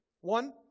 One